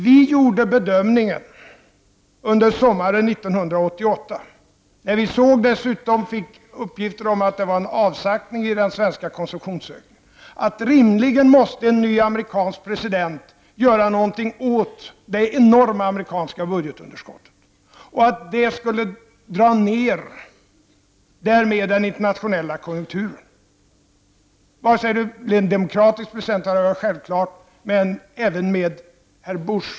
Vi gjorde under sommaren 1988 den bedömningen — när vi dessutom fick uppgifter om en avsaktning i den svenska konsumtionsökningen — att rimligen måste en ny amerikansk president göra någonting åt det enorma amerikanska budgetunderskottet, så att detta därmed skulle dra ned den internationella konjunkturen. Detta skulle ske antingen det blev en demokratisk president — då hade det varit självklart — eller med herr Bush.